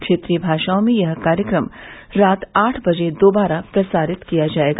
क्षेत्रीय भाषाओं में यह कार्यक्रम रात आठ बजे दोबारा प्रसारित किया जाएगा